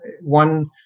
One